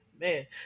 man